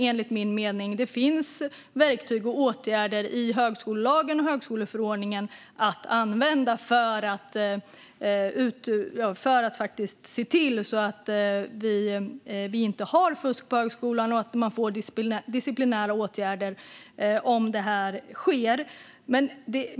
Enligt min mening finns det verktyg och åtgärder i högskolelagen och högskoleförordningen för att se till att vi inte har fusk på högskolan och för att vidta disciplinära åtgärder om det sker.